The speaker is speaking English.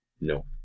No